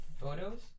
photos